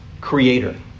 creator